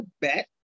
bet